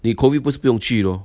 你 COVID 不是不用去 lor